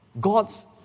God's